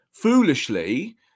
foolishly